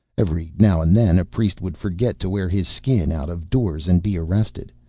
every now and then a priest would forget to wear his skin out-of-doors and be arrested,